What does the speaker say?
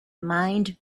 mind